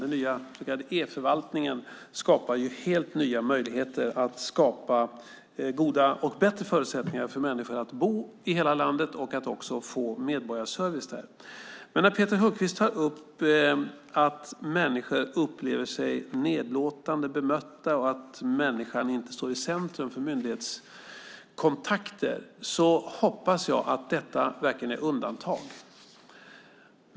Den nya så kallade e-förvaltningen skapar helt nya möjligheter till goda och bättre förutsättningar för människor att bo i hela landet och att också få medborgarservice där. När Peter Hultqvist tar upp att människor upplever sig nedlåtande bemötta och att människan inte står i centrum för myndighetskontakter hoppas jag att detta verkligen är undantag.